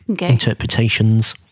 interpretations